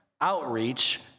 outreach